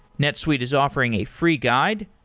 netsuite is offering a free guide,